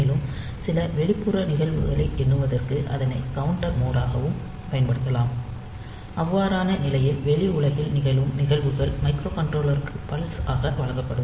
மேலும் சில வெளிப்புற நிகழ்வுகளை எண்ணுவதற்கு அதனை கவுண்டர் மோட் ஆகவும் பயன்படுத்தலாம் அவ்வாறான நிலையில் வெளி உலகில் நிகழும் நிகழ்வுகள் மைக்ரோகண்ட்ரோலருக்கு பல்ஸ் ஆக வழங்கப்படும்